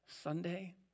Sunday